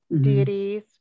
deities